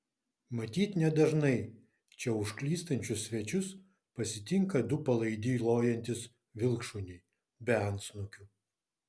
matyt nedažnai čia užklystančius svečius pasitinka du palaidi lojantys vilkšuniai be antsnukių